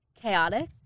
Chaotic